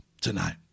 tonight